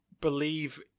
believe